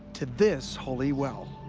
to this holy well.